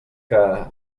que